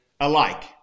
alike